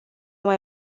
mai